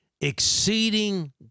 exceeding